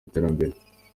iterambere